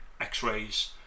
x-rays